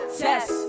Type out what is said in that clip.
test